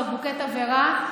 בקבוקי תבערה.